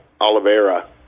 Oliveira